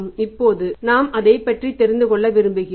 இப்போது நாம் அதைப் பற்றி தெரிந்து கொள்ள விரும்புகிறோம்